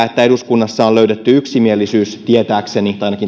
eduskunnassa on tietääkseni löydetty yksimielisyys olen ymmärtänyt että ainakin